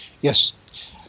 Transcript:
yes